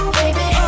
baby